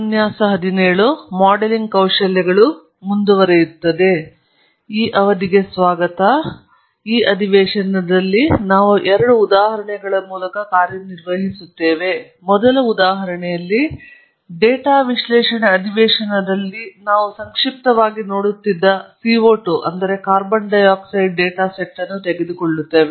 Tangirala metallurgical ಮತ್ತು materials engineering ಇಲಾಖೆ ಮದ್ರಾಸ್ ಉಪನ್ಯಾಸ 17 3 ಬಿ ಮಾಡೆಲಿಂಗ್ ಸ್ಕಿಲ್ಸ್ ಕೌಶಲ್ಯಗಳು ಈ ಅಧಿವೇಶನದಲ್ಲಿ ನಾವು ಎರಡು ಉದಾಹರಣೆಗಳ ಮೂಲಕ ಕಾರ್ಯನಿರ್ವಹಿಸುತ್ತೇವೆ ಮೊದಲ ಉದಾಹರಣೆಯಲ್ಲಿ ಡೇಟಾ ವಿಶ್ಲೇಷಣೆ ಅಧಿವೇಶನದಲ್ಲಿ ನಾವು ಸಂಕ್ಷಿಪ್ತವಾಗಿ ನೋಡುತ್ತಿದ್ದ CO 2 ಡೇಟಾ ಸೆಟ್ ಅನ್ನು ತೆಗೆದುಕೊಳ್ಳುತ್ತೇವೆ